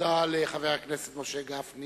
תודה לחבר הכנסת משה גפני.